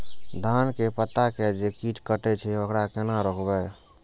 धान के पत्ता के जे कीट कटे छे वकरा केना रोकबे?